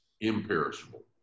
imperishable